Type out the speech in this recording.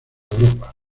europa